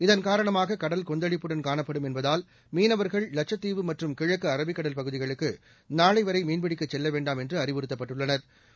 இதன் காரணமாக கடல் கொந்தளிப்புடன் காணப்படும் என்பதால் மீனவர்கள் லட்சத்தீவு மற்றும் கிழக்கு அரபிக்கடல் பகுதிகளுக்கு நாளை வரை மீன்பிடிக்கச் செல்ல வேண்டாம் என்று அறிவுறுத்தப்பட்டுள்ளனா்